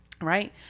Right